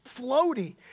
floaty